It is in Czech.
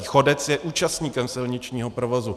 Chodec je účastníkem silničního provozu.